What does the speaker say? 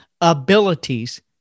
abilities